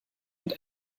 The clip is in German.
und